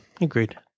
Agreed